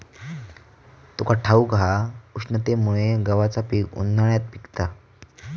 तुका ठाऊक हा, उष्णतेमुळे गव्हाचा पीक उन्हाळ्यात पिकता